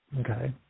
Okay